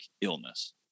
illness